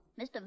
Mr